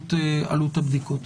עלות הבדיקות.